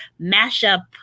mashup